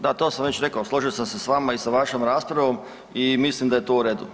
Da, to sam već rekao složio sam se s vama i sa vašom raspravom i mislim da je to u redu.